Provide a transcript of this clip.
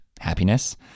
happiness